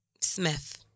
Smith